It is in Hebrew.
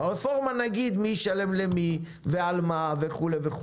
ברפורמה נגיד מי ישלם למי ועל מה וכולי.